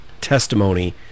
testimony